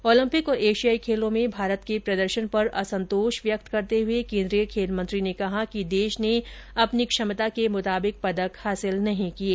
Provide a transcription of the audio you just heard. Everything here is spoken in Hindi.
ओलम्पिक और एशियाई खेलों में भारत के प्रदर्शन पर असंतोष व्यक्त करते हुए केन्द्रीय खेल मंत्री ने कहा कि देश ने अपनी क्षमता के मुताबिक पदक हासिल नहीं किये